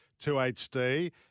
2HD